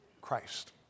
Christ